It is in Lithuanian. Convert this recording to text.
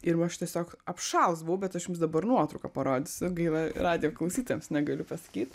ir va aš tiesiog apšalus buvau bet aš jums dabar nuotrauką parodysiu gaila radijo klausytojams negaliu pasakyt